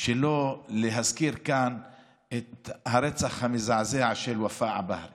שלא להזכיר כאן את הרצח המזעזע של ופאא עבאהרה